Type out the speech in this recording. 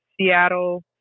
Seattle